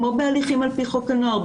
כמו בהליכים על פי חוק הנוער,